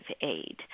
aid